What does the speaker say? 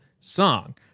song